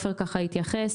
עופר התייחס,